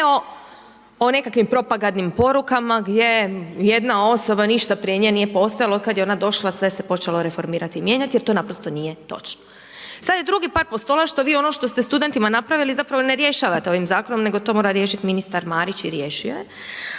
ne o nekakvim propagandnim porukama gdje jedna osoba ništa prije nje nije postojalo otkada je ona došla, sve se počelo reformirati i mijenjati jer to naprosto nije točno. Sada je drugi par postola što vi ono što ste studentima napravili zapravo ne rješavate ovim zakonom nego to mora riješiti ministar Marić i riješio je.